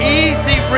easy